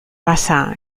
pasa